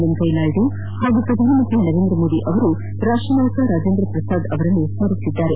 ವೆಂಕಯ್ಯನಾಯ್ದು ಹಾಗೂ ಪ್ರಧಾನಮಂತ್ರಿ ನರೇಂದ್ರಮೋದಿ ರಾಷ್ಟನಾಯಕ ರಾಜೇಂದ್ರಪ್ರಸಾದ್ ಅವರನ್ನು ಸ್ಥರಿಸಿದ್ದಾರೆ